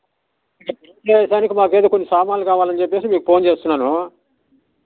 గృహ ప్రవేశానికి మాకు ఏదో కొన్ని సామానులు కావాలని చెప్పి మీకు ఫోన్ చేస్తున్నాను